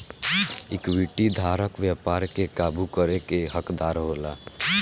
equity धारक व्यापार के काबू करे के हकदार होला